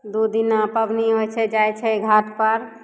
दू दिना पबनी होइ छै जाइ छै घाटपर